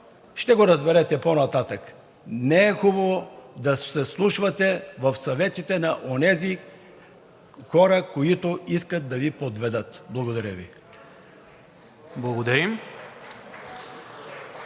ще го разберете по-нататък. Не е хубаво да се вслушвате в съветите на онези хора, които искат да Ви подведат. Благодаря Ви.